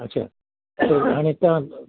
अच्छा अने हितां